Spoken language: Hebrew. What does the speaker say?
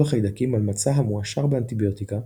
החיידקים על מצע המועשר באנטיביוטיקה,